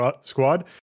Squad